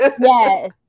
Yes